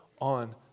on